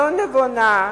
לא נבונה.